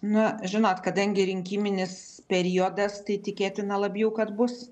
na žinot kadangi rinkiminis periodas tai tikėtina labiau kad bus